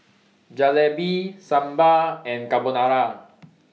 Jalebi Sambar and Carbonara